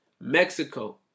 Mexico